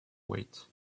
wait